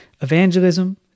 evangelism